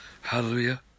Hallelujah